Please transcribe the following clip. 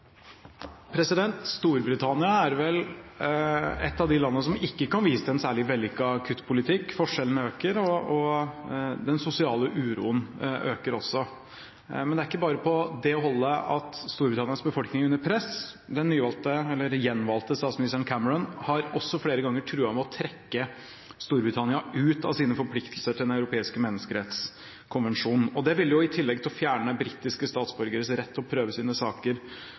vel et av de landene som ikke kan vise til en særlig vellykket kuttpolitikk. Forskjellene øker, og den sosiale uroen øker også. Men det er ikke bare på det holdet at Storbritannias befolkning er under press. Den gjenvalgte statsministeren, Cameron, har også flere ganger truet med å trekke Storbritannia ut av sine forpliktelser i Den europeiske menneskerettskonvensjon. Det vil i tillegg til å fjerne britiske statsborgeres rett til å prøve sine saker